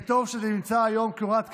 טוב שזה נמצא היום כהוראת קבע,